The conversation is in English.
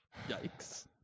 yikes